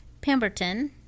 Pemberton